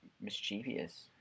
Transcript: mischievous